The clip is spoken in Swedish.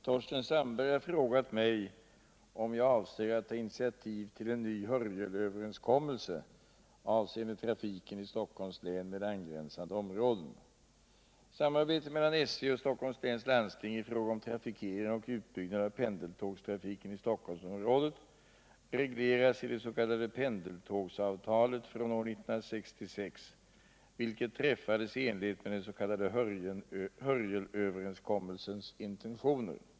Torsten Sandberg har frågat mig om jag avser att ta initiativ tillen ny ”Hörjelöverenskommelse” avseende trafiken i Stockholms län med Samarbetet mellan SJ och Stockholms läns landsting i fråga om trafikering och utbyggnad av pendeltågstrafiken i Stockholmsområdet regleras i pendeltågsavtalet från år 1966, vilket träffades i enlighet med den s.k. Hörjelöverenskommelsens intentioner.